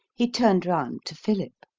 he turned round to philip.